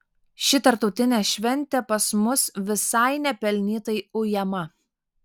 ši tarptautinė šventė pas mus visai nepelnytai ujama